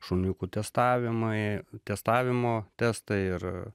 šuniukų testavimai testavimo testai ir